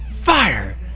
fire